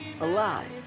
alive